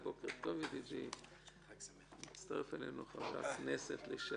החבים ביחד ולחוד בחוב,